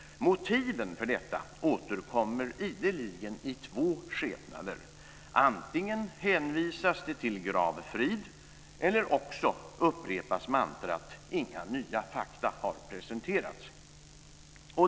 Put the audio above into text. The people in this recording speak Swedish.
Motiven för detta återkommer ideligen i två skepnader. Antingen hänvisas det till gravfrid eller också upprepas mantrat "inga nya fakta har presenterats".